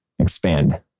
expand